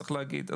צריך להגיד,